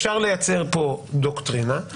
אפשר לייצר פה דוקטרינה,